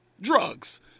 drugs